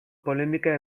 polemika